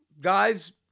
Guys